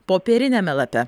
popieriniame lape